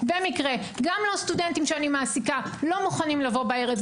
גם לא סטודנטים שאני מעסיקה לא מוכנים לבוא בערב.